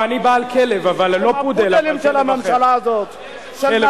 לא, אני בעל כלב, לא פודל, אבל כלב אחר.